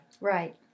Right